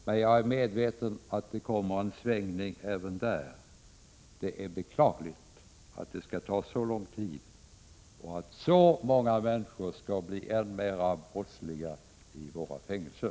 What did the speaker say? Men jag är medveten om att det kommer en svängning även där. Det är beklagligt att det skall ta så lång tid och att så många människor skall bli än mera brottsliga i våra fängelser.